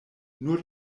nur